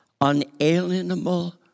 unalienable